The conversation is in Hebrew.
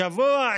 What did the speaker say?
ביותר.